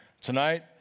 Tonight